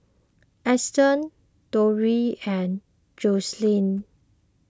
Eustace Durell and Joselyn